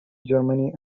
germany